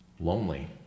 lonely